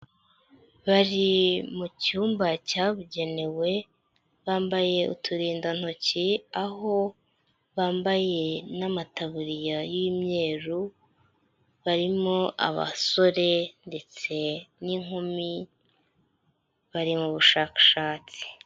Bari mu cyumba cyabugenewe, bambaye uturindantoki, aho bambaye n'amataburiya y'imyeru, barimo abasore ndetse n'inkumi, bari mu bushakashatsi.